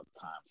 time